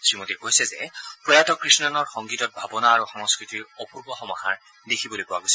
শ্ৰীমোদীয়ে কৈছে যে প্ৰয়াত কৃষ্ণৰ সংগীতত ভাৱনা আৰু সংস্কৃতিৰ অপূৰ্ব সমাহাৰ দেখিবলৈ পোৱা গৈছিল